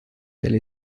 telle